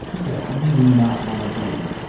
yeah. you do not want to be